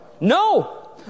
No